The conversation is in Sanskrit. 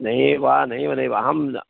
नैव नैव नैव अहम्